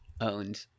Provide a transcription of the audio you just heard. owned